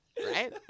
Right